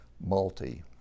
multi